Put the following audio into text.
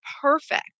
perfect